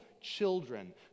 children